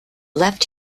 left